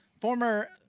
Former